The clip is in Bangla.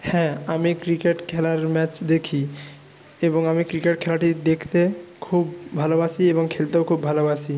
হ্যাঁ আমি ক্রিকেট খেলার ম্যাচ দেখি এবং আমি ক্রিকেট খেলাটি দেখতে খুব ভালোবাসি এবং খেলতেও খুব ভালোবাসি